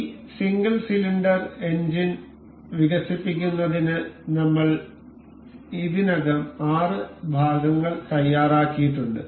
ഈ single cylinder engine വികസിപ്പിക്കുന്നതിന് നമ്മൾ ഇതിനകം 6 ഭാഗങ്ങൾ തയ്യാറാക്കിയിട്ടുണ്ട്